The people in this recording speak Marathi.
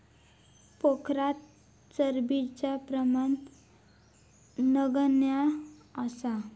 पोखरात चरबीचा प्रमाण नगण्य असा